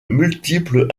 multiples